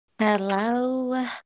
Hello